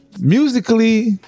musically